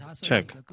check